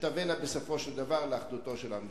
שתבאנה בסופו של דבר לאחדותו של עם ישראל.